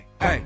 hey